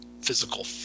physical